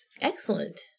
excellent